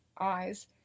eyes